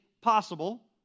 possible